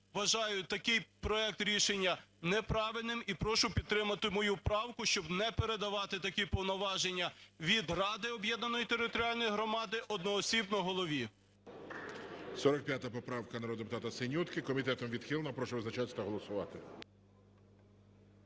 вважаю такий проект рішення неправильним і прошу підтримати мою правку, щоб не передавати такі повноваження від ради об'єднаної територіальної громади одноосібно голові. ГОЛОВУЮЧИЙ. 45 поправка народного депутата Синютки, комітетом відхилена. Прошу визначатися та голосувати.